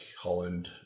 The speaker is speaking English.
Holland